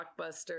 blockbuster